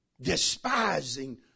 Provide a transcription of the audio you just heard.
despising